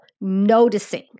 noticing